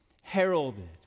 heralded